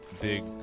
big